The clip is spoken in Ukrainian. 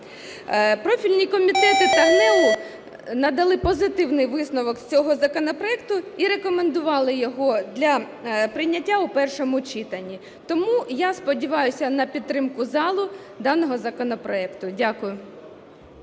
Профільні комітети та ГНЕУ надали позитивний висновок з цього законопроекту і рекомендували його для прийняття у першому читанні. Тому я сподіваюсь на підтримку залу даного законопроекту. Дякую.